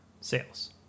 sales